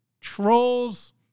Trolls